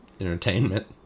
entertainment